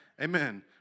Amen